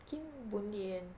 kim boon lay kan